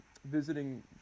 visiting